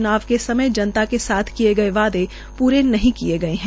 च्नाव के समय जनता के साथ किए गए वादे पूरे नहीं किए गए है